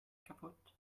kaputt